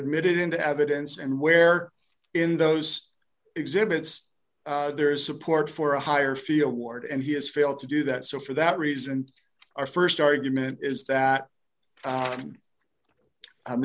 admitted into evidence and where in those exhibits there is support for a higher fee award and he has failed to do that so for that reason our st argument is that